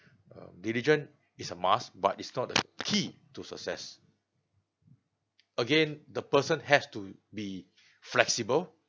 um diligent is a must but it's not a key to success again the person has to be flexible